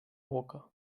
boca